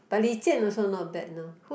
but Li-Jian also not bad now